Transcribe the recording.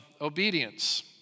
obedience